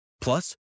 Plus